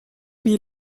wie